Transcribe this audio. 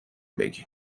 بگین